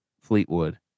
Fleetwood